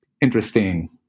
Interesting